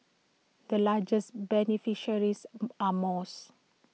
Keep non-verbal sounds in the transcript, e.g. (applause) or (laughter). the largest beneficiaries (noise) are mosques